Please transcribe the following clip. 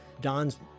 Don's